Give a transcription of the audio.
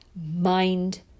mind